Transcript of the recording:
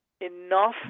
enough